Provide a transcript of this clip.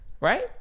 right